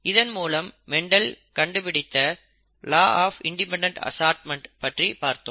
இதன் மூலம் மெண்டல் கண்டுபிடித்த லா ஆஃப் இன்டிபெண்டென்ட் அசார்ட்மெண்ட் பற்றி பார்த்தோம்